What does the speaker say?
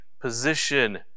position